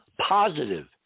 positive